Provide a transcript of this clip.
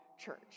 Church